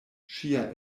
ŝia